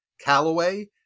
Callaway